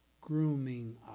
grooming